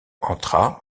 entra